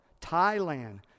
Thailand